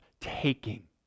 taking